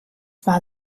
war